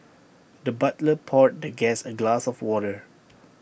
the butler poured the guest A glass of water